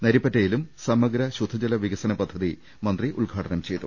നരിപ്പറ്റയിലും സമഗ്ര ശുദ്ധജല പദ്ധതി മന്ത്രി ഉദ്ഘാടനം ചെയ്തു